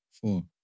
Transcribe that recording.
Four